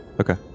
Okay